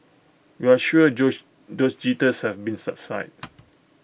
we're sure those jitters have been subsided